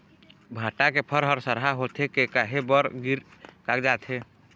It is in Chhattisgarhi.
भांटा के फर हर सरहा होथे के काहे बर गिर कागजात हे?